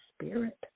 spirit